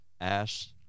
Ash